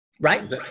Right